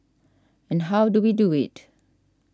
and how do we do it